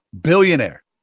Billionaire